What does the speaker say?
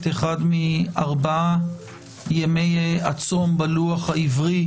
אחד מארבעת ימי הצום בלוח העברי,